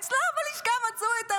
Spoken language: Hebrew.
אצלו בלשכה מצאו,